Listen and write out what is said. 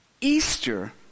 Easter